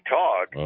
talk